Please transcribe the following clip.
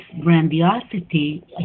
grandiosity